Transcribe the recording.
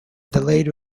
delayed